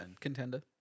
contender